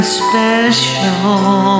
special